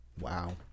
Wow